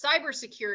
Cybersecurity